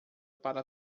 para